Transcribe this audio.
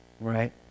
right